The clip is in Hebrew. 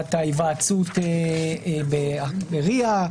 חובת ההיוועצות ב-RIA,